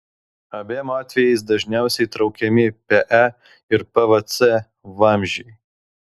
abiem atvejais dažniausiai traukiami pe ir pvc vamzdžiai